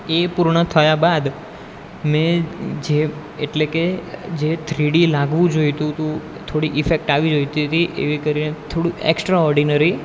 એ પૂર્ણ થયા બાદ મેં જે એટલે કે જે થ્રીડી લાગવું જોઈતું તું થોડી ઇફેક્ટ આવી જોઈતી હતી એવી કરીને થોડું એકસ્ટ્રાઓર્ડિનરી